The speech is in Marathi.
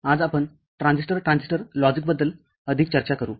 आज आपण ट्रान्झिस्टर ट्रान्झिस्टर लॉजिकबद्दल अधिक चर्चा करू